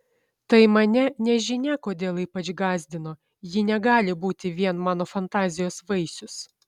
tai mane nežinia kodėl ypač gąsdino ji negali būti vien mano fantazijos vaisius